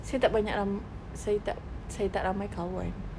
saya tak banyak lam~ saya tak saya tak ramai kawan